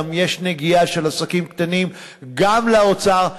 יש נגיעה של עסקים קטנים גם לאוצר.